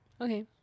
Okay